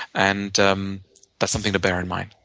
and um that's something to bear in mind.